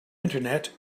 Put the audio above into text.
internet